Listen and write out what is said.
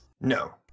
No